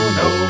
no